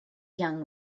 young